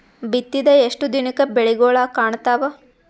ಬಿತ್ತಿದ ಎಷ್ಟು ದಿನಕ ಬೆಳಿಗೋಳ ಕಾಣತಾವ?